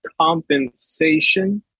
compensation